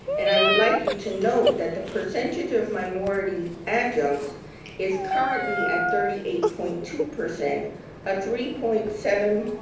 and i would like you to note that the percentages of minority adjuncts is currently at thirty eight point two, a ah three point seven